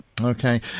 Okay